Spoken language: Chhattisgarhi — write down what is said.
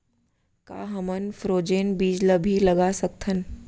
का हमन फ्रोजेन बीज ला भी लगा सकथन?